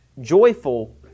joyful